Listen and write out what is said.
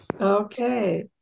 Okay